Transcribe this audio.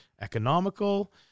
economical